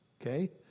okay